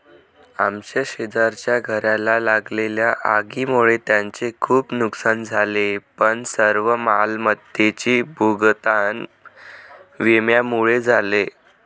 आमच्या शेजारच्या घराला लागलेल्या आगीमुळे त्यांचे खूप नुकसान झाले पण सर्व मालमत्तेचे भूगतान विम्यामुळे झाले